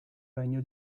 regno